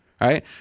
right